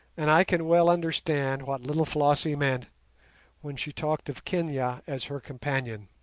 and i can well understand what little flossie meant when she talked of kenia as her companion.